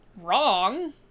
wrong